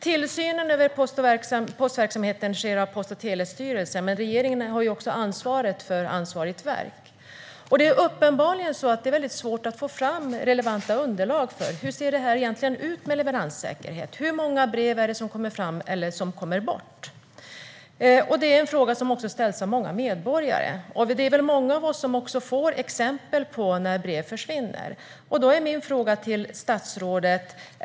Tillsynen över postverksamheten sker av Post och telestyrelsen, men regeringen har ansvaret för det verk som hanterar frågorna. Det är uppenbarligen svårt att få fram relevanta underlag för att besvara frågan om hur leveranssäkerheten ser ut. Hur många brev kommer fram eller kommer bort? Det är en fråga som också ställs av många medborgare. Många av oss har sett exempel på när brev försvinner.